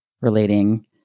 relating